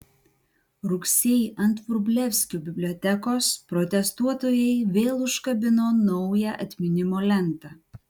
rugsėjį ant vrublevskių bibliotekos protestuotojai vėl užkabino naują atminimo lentą